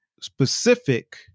specific